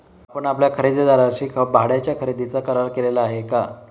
आपण आपल्या खरेदीदाराशी भाड्याच्या खरेदीचा करार केला आहे का?